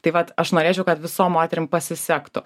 tai vat aš norėčiau kad visom moterim pasisektų